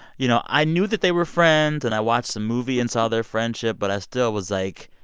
you know, i knew that they were friends, and i watched the movie and saw their friendship, but i still was like,